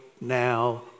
now